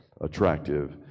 attractive